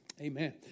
amen